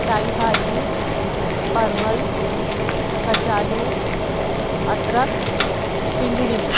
साई भाॼी परवल कचालू अदरक सिंगड़ियूं